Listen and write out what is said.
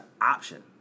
option